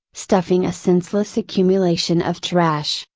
stuffing a senseless accumulation of trash,